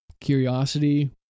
curiosity